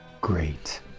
great